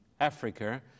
Africa